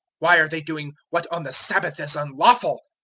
why are they doing what on the sabbath is unlawful?